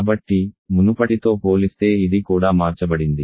కాబట్టి మునుపటితో పోలిస్తే ఇది కూడా మార్చబడింది